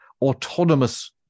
autonomous